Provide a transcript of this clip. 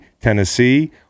Tennessee